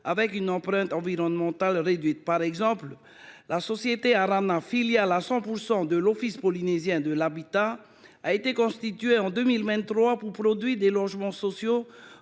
l’empreinte environnementale associée à cette production. Par exemple, la société Arana, filiale à 100 % de l’Office polynésien de l’habitat, a été constituée en 2023 pour produire des logements sociaux